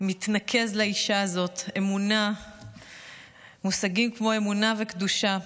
מתנקז לאישה הזו, מושגים כמו "אמונה" ו"קדושה".